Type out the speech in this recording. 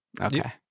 Okay